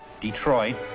Detroit